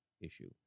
issue